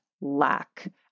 lack